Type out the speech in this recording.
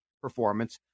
performance